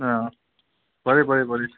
অঁ পাৰি পাৰি পাৰি